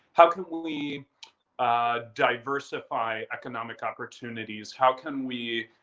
how can we diversify economic opportunities? how can we